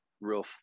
real